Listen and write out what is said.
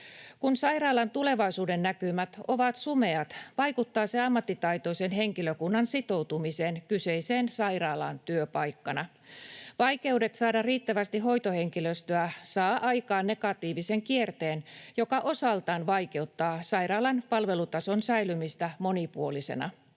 Kun sairaalan tulevaisuudennäkymät ovat sumeat, vaikuttaa se ammattitaitoisen henkilökunnan sitoutumiseen kyseiseen sairaalaan työpaikkana. Vaikeudet saada riittävästi hoitohenkilöstöä saa aikaan negatiivisen kierteen, joka osaltaan vaikeuttaa sairaalan palvelutason säilymistä monipuolisena.